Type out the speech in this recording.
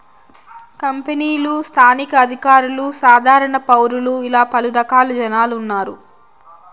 కంపెనీలు స్థానిక అధికారులు సాధారణ పౌరులు ఇలా పలు రకాల జనాలు ఉన్నారు